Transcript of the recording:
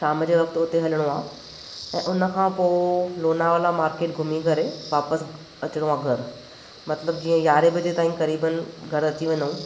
शाम जे वक़्तु हुते हलणो आहे ऐं उनखां पोइ लोनावला मार्केट घुमी करे वापसि अचणो आहे घरु मतिलबु जीअं यारहें बजे ताईं करीबनि घरु अची वञूं